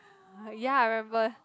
ya I remember